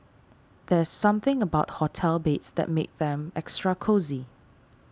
there's something about hotel beds that makes them extra cosy